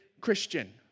Christian